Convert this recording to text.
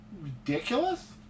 Ridiculous